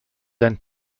dein